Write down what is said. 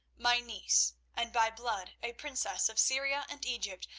my niece, and by blood a princess of syria and egypt,